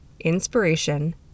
inspiration